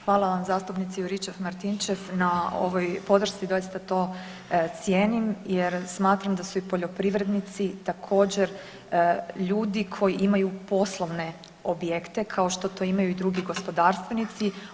Hvala vam zastupnice Juričev-Martinčev na ovoj podršci, doista to cijenim jer smatram da su i poljoprivrednici također ljudi koji imaju poslovne objekte kao što to imaju i drugi gospodarstvenici.